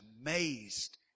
amazed